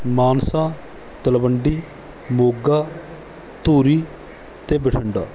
ਮਾਨਸਾ ਤਲਵੰਡੀ ਮੋਗਾ ਧੂਰੀ ਅਤੇ ਬਠਿੰਡਾ